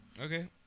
Okay